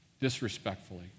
disrespectfully